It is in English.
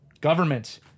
government